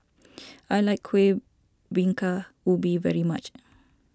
I like Kueh Bingka Ubi very much